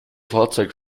fahrzeug